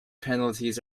penalties